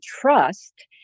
trust